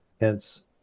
hence